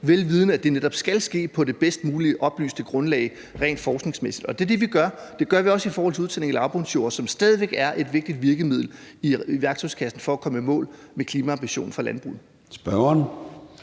vel vidende at det netop skal ske på det bedst muligt oplyste grundlag rent forskningsmæssigt. Det er det, vi gør. Det gør vi også i forhold til udtagning af lavbundsjorder, som stadig væk er et vigtigt virkemiddel i værktøjskassen for at komme i mål med klimaambitionen for landbruget.